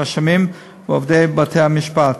רשמים ועובדי בתי-המשפט.